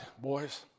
boys